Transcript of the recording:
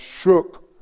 shook